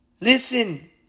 Listen